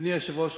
אדוני היושב-ראש,